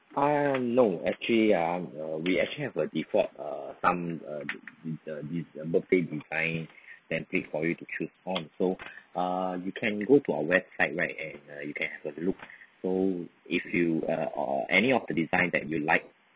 um no actually um uh we actually have a default uh some buffet design template for you to choose from so uh you can go to our website right and you can have a look so if you a uh any of the design that you like